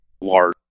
large